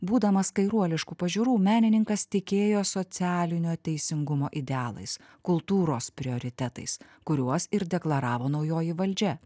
būdamas kairuoliškų pažiūrų menininkas tikėjo socialinio teisingumo idealais kultūros prioritetais kuriuos ir deklaravo naujoji valdžia